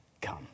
come